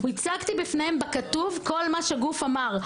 הצגתי בפניהם בכתוב כל מה שגוף אמר.